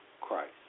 Christ